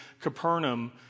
Capernaum